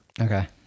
Okay